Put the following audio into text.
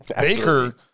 Baker